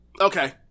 Okay